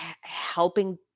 helping